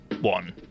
one